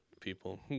people